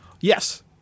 Yes